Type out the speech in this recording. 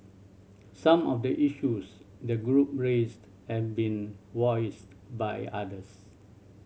some of the issues the group raised have been voiced by others